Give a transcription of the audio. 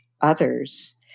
others